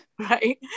right